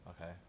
Okay